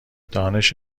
دانش